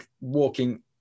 walking